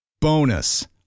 Bonus